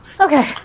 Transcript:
Okay